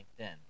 LinkedIn